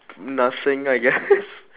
nothing I guess